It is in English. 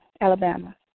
Alabama